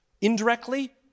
indirectly